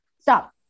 Stop